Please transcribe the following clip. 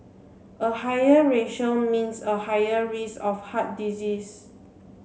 a higher ratio means a higher risk of heart disease